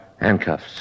Handcuffs